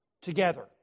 together